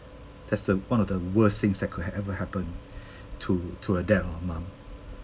that's the one of the worst things that could ever happened to to a dad or a mum